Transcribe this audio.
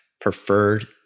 preferred